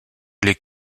les